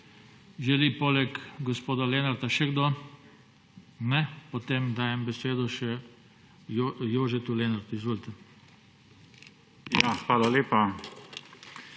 Želi poleg gospoda Lenarta še kdo? Ne. Potem dajem besedo še Jožetu Lenartu. Izvolite.